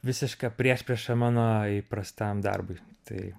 visiška priešprieša mano įprastam darbui tai